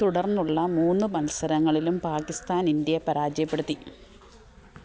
തുടർന്നുള്ള മൂന്ന് മത്സരങ്ങളിലും പാക്കിസ്ഥാന് ഇന്ത്യയെ പരാജയപ്പെടുത്തി